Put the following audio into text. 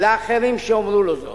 לאחרים שיאמרו לו זאת?